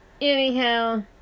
anyhow